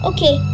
Okay